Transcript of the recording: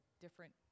different